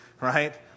Right